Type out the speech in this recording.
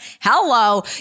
Hello